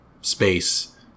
space